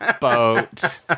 boat